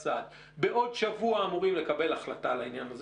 בעוד שבוע אמורים לקבל החלטה על העניין הזה,